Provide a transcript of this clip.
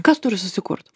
kas turi susikurt